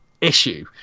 issue